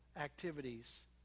activities